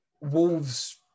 Wolves